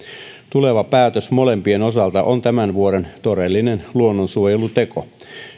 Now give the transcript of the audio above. tuleva päätös molempien osalta on tämän vuoden todellinen luonnonsuojeluteko